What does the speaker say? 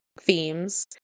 themes